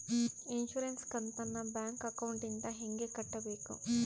Insurance ಕಂತನ್ನ bank ಅಕೌಂಟಿಂದ ಹೆಂಗ ಕಟ್ಟಬೇಕು?